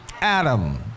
Adam